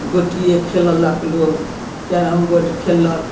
गोटिये खेलेलक लोक carrom board खेललक